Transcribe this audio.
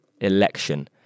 election